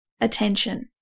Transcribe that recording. attention